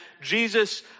Jesus